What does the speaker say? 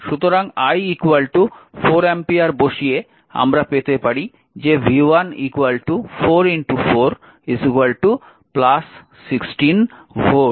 সুতরাং i 4 ampere বসিয়ে আমরা পেতে পারি যে v 1 4 4 16 ভোল্ট